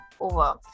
Over